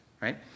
right